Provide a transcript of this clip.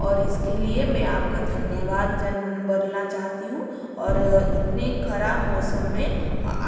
और इसके लिए मैं आपको धन्यवाद जन बोलना चाहती हूँ और इतने ख़राब मौसम में